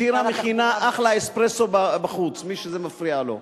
שירה מכינה אחלה אספרסו בחוץ, למי שזה מפריע לו.